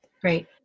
Great